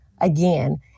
again